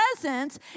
presence